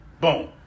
Boom